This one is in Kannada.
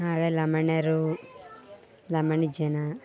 ಹಾಗೆ ಲಮಾಣಿಯರು ಲಮಾಣಿ ಜನ